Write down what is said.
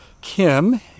Kim